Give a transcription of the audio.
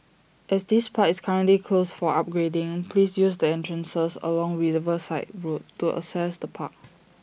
as this part is currently closed for upgrading please use the entrances along Riverside road to access the park